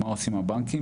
מה עושים הבנקים,